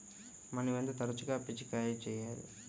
మనం ఎంత తరచుగా పిచికారీ చేయాలి?